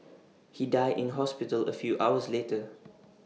he died in hospital A few hours later